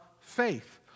faith